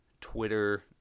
Twitter